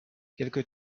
quelque